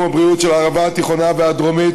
הבריאות של הערבה התיכונה והדרומית.